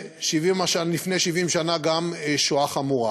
ולפני 70 שנה גם שואה חמורה.